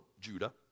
Judah